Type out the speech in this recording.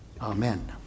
Amen